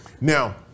Now